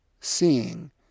seeing